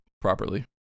properly